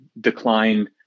decline